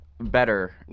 better